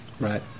Right